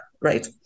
Right